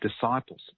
disciples